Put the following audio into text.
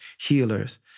healers